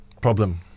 Problem